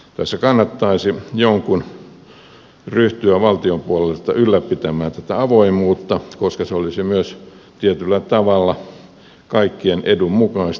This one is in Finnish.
tässä kannattaisi jonkun ryhtyä valtion puolelta ylläpitämään tätä avoimuutta koska se olisi myös tietyllä tavalla kaikkien edun mukaista